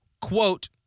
Quote